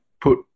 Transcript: put